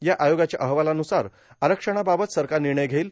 या आयोगाच्या अहवालाव्रसार आरक्षणाबाबत सरकार निर्णय घेईल